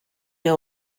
know